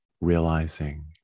realizing